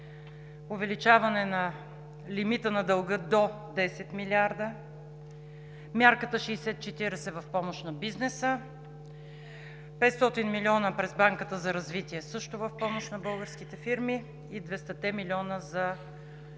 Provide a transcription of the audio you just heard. увеличаване лимита на дълга до 10 милиарда; мярката 60/40 в помощ на бизнеса; 500 милиона през Банката за развитие също в помощ на българските фирми; и 200-те милиона за безлихвени